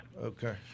Okay